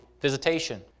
Visitation